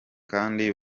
kandi